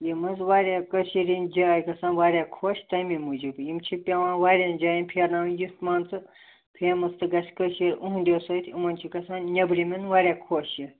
یِم حظ چھِ واریاہ کٔشیٖر ہٕنٛدۍ جایہِ گَژھان واریاہ خۄش تَمےَ موٗجوٗب یِم چھِ پٮ۪وان واریاہَن جاین پھِرناوٕنۍ یَتھ مان ژٕ فیمَس تہِ گَژھِ کٔشیٖرِ یِہٕنٛدی سۭتۍ یِمَن چھُ گَژھان نیبرِمٮ۪ن واریاہ خۄش یہِ